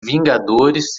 vingadores